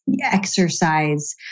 exercise